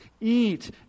eat